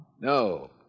No